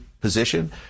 position